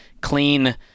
clean